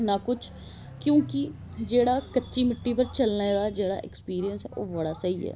ना कुछ क्योकि जेहड़ा कच्ची मिट्टी उप्पर चलने दा जेहड़ा ऐक्सपिरिंयस ऐ ओह् बड़ा स्हेई ऐ